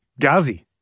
Ghazi